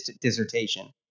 dissertation